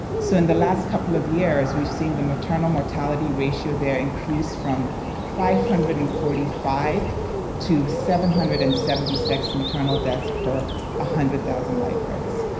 so in the last couple of years, we've seen the maternal mortality ratio there increase from five hundred and forty five to seven hundred and seventy six maternal deaths per one ah hundred thousand live births.